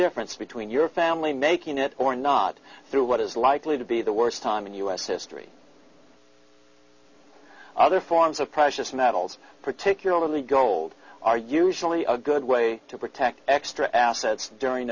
difference between your family making it or not through what is likely to be the worst time in u s history other forms of precious metals particularly gold are usually a good way to protect extra assets during